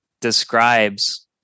describes